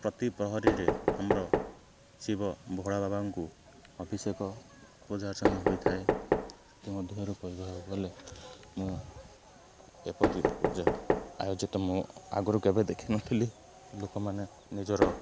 ପ୍ରତିପହରୀରେ ଆମର ଶିବ ଭୋଳାବାବାଙ୍କୁ ଅଭିଷେକ ପୂଜା ଅର୍ଚ୍ଚନା ହୋଇଥାଏ ସେଥିମଧ୍ୟରୁ କହିବାକୁ ଗଲେ ମୁଁ ଏପରି ପୂଜା ଆୟୋଜିତ ମୁଁ ଆଗରୁ କେବେ ଦେଖିନଥିଲି ଲୋକମାନେ ନିଜର